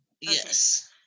Yes